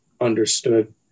understood